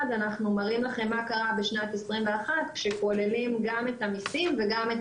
אנחנו מראים לכם מה קרה בשנת 2021 כשכוללים גם את המיסים וגם את